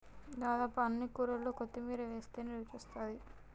దాదాపు అన్ని కూరల్లో కొత్తిమీర వేస్టనే రుచొస్తాది